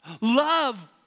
Love